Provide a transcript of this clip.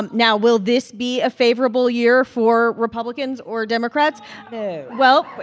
now, will this be a favorable year for republicans or democrats? no well,